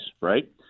right